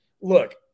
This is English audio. look